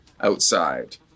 outside